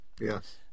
Yes